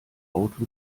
auto